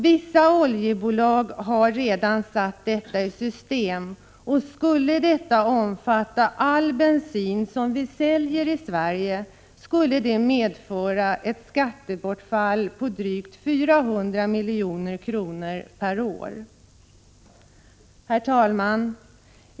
Vissa oljebolag har redan satt detta i system. Och skulle detta omfatta all bensin som vi säljer i Sverige skulle det medföra ett skattebortfall på drygt 400 milj.kr. per år. Herr talman!